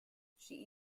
she